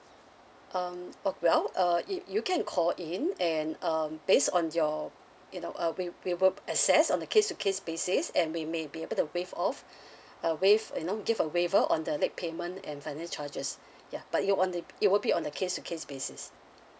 um oh well uh you you can call in and um based on your you know uh we we will assess on the case to case basis and we may be able to waive off uh waive you know give a waiver on the late payment and finance charges ya but it will on the it will be on the case to case basis